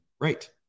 right